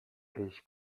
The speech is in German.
ich